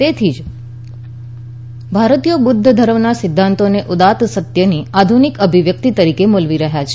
તેથી જ ભારતીયો બૌધ્ધ ધર્મના સિધ્ધાંતોને ઉદાત સત્યની આધુનીક અભિવ્યકિત તરીકે મુલવી રહથાં છે